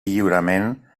lliurament